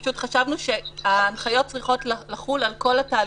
פשוט חשבנו שההנחיות צריכות לחול על כל התהליכים.